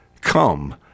come